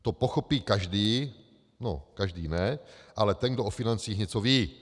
To pochopí každý no, každý ne, ale ten, kdo o financích něco ví.